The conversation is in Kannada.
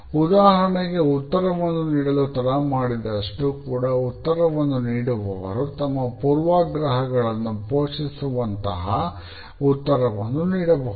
ಉದಾಹರಣೆಗೆ ಉತ್ತರವನ್ನುನೀಡಲು ತಡ ಮಾಡಿದಷ್ಟು ಕೂಡ ಉತ್ತರವನ್ನು ನೀಡುವವರು ತಮ್ಮ ಪೂರ್ವಾಗ್ರಹಗಳನ್ನು ಪೋಷಿಸುವಂತಹ ಉತ್ತರವನ್ನು ನೀಡಬಹುದು